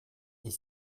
est